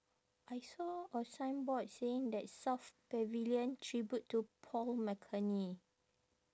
I saw a signboard saying that south pavilion tribute to paul mckenny